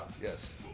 Yes